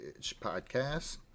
Podcast